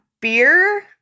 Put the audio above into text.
beer